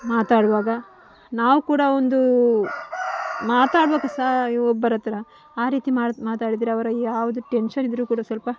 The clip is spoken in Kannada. ಮಾತಾಡುವಾಗ ನಾವು ಕೂಡ ಒಂದು ಮಾತಾಡುವಾಗ ಸಹ ಒಬ್ಬರತ್ತಿರ ಆ ರೀತಿ ಮಾಡಿ ಮಾತಾಡಿದರೆ ಅವರ ಯಾವುದು ಟೆನ್ಷನ್ ಇದ್ದರೂ ಕೂಡ ಸ್ವಲ್ಪ